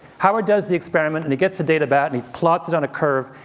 howard does the experiment, and he gets the data back, and he plots it on a curve,